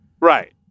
Right